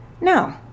No